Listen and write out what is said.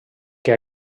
que